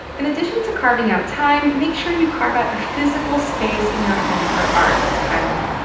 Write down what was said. in addition to carving out time, make sure you carve out a physical space in your home for art, says kaimal.